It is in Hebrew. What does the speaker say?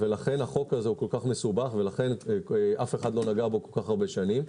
ולכן החוק הזה הוא כל-כך מסובך ולכן אף אחד לא נגע בו כל-כך הרבה שנים.